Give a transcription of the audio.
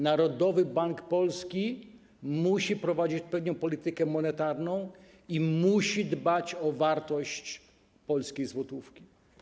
Narodowy Bank Polski musi prowadzić odpowiednią politykę monetarną i musi dbać o wartość polskiej złotówki.